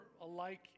alike